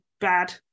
bad